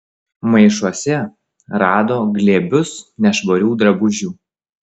maišuose rado glėbius nešvarių drabužių